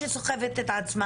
כאשר הן בקושי סוחבות את עצמן,